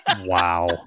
Wow